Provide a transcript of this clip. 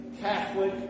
Catholic